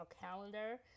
calendar